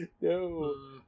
No